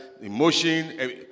emotion